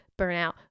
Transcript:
burnout